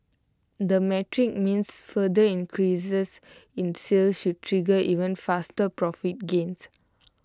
that metric means further increases in sales should trigger even faster profit gains